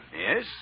Yes